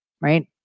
right